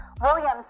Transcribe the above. Williams